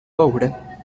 paure